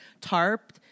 tarp